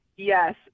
Yes